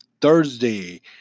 Thursday